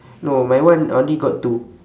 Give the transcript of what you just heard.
no my one only got two